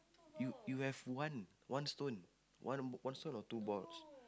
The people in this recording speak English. you you have one one stone one one stone or two balls